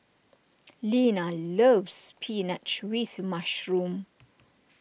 Lena loves Spinach with Mushroom